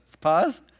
pause